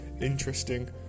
interesting